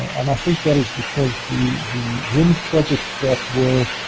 and i think that is because the the wind projects that were